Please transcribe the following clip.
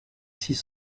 six